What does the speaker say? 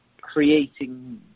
creating